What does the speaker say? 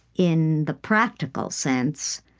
in the practical sense,